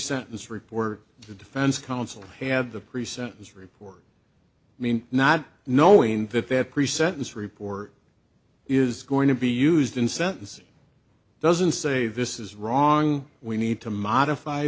sentence report the defense counsel had the pre sentence report mean not knowing that there pre sentence report is going to be used in sentencing doesn't say this is wrong we need to modify